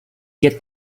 get